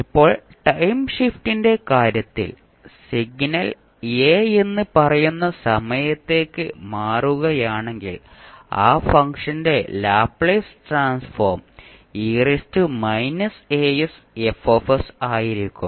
ഇപ്പോൾ ടൈം ഷിഫ്റ്റിന്റെ കാര്യത്തിൽ സിഗ്നൽ a എന്ന് പറയുന്ന സമയത്തേക്ക് മാറുകയാണെങ്കിൽ ആ ഫംഗ്ഷന്റെ ലാപ്ലേസ് ട്രാൻസ്ഫോം ആയിരിക്കും